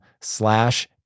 slash